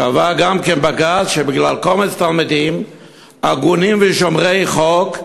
קבע בג"ץ גם שבגלל קומץ תלמידים הגונים ושומרי חוק,